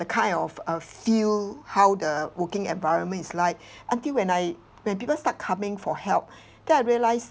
the kind of uh feel how the working environment is like until when I when people start coming for help then I realised